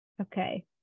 Okay